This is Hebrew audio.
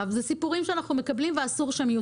אלה סיפורים שאנחנו מקבלים ואסור שהם יהיו,